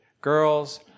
girls